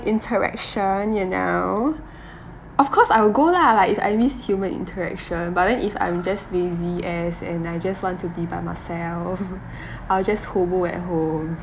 interaction you know of course I will go lah like if I miss human interaction but then if I'm just lazy ass and I just want to be by myself I will just hobo at home